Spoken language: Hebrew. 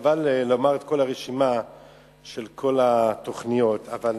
חבל לומר את כל הרשימה של כל התוכניות, אבל